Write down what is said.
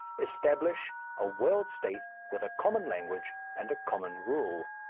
establish a world-state with a common language and a common rule.